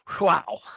Wow